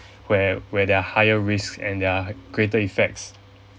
where where there're higher risks and are greater effects